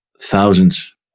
thousands